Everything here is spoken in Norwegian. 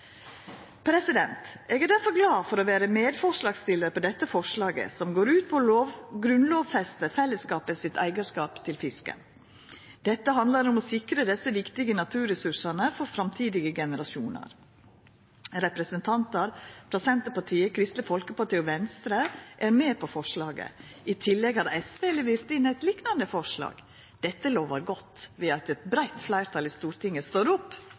Eg er difor glad for å vera medforslagsstillar til dette forslaget, som går ut på å grunnlovfesta fellesskapet sitt eigarskap til fisken. Dette handlar om å sikra desse viktige naturressursane for framtidige generasjonar. Representantar frå Senterpartiet, Kristeleg Folkeparti og Venstre er med på forslaget. I tillegg har SV levert inn eit liknande forslag. Dette lovar godt; eit breitt fleirtal i Stortinget står opp